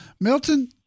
Milton